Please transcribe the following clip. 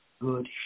good